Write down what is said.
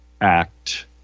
Act